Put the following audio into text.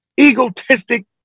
egotistic